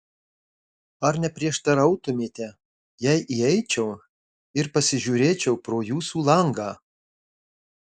ar neprieštarautumėte jei įeičiau ir pasižiūrėčiau pro jūsų langą